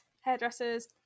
hairdressers